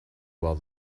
while